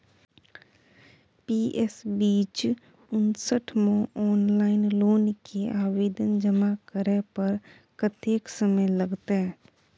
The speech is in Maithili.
पी.एस बीच उनसठ म ऑनलाइन लोन के आवेदन जमा करै पर कत्ते समय लगतै?